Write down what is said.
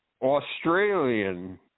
Australian